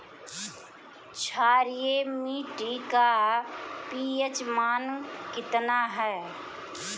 क्षारीय मीट्टी का पी.एच मान कितना ह?